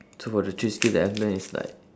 so for the three skill that I've learnt is like